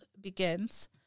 begins